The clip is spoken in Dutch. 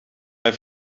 hij